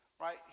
right